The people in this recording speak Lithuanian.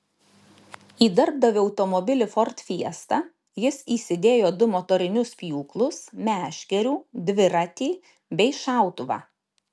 į darbdavio automobilį ford fiesta jis įsidėjo du motorinius pjūklus meškerių dviratį bei šautuvą